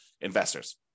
investors